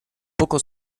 poco